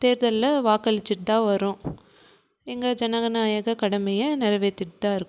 தேர்தலில் வாக்களிச்சிட்டு தான் வரோம் எங்கள் ஜனநாயக கடமையை நெறைவேத்திட்டு தான் இருக்கோம்